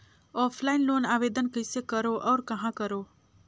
Offline loan आवेदन कइसे करो और कहाँ करो?